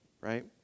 right